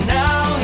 now